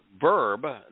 verb